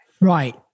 right